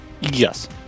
Yes